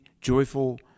joyful